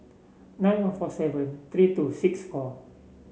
nine one four seven three two six four